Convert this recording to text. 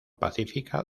pacífica